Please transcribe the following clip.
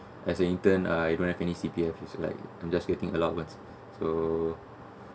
as an intern I don't have any C_P_F like I'm just getting allowance so